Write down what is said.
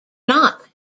not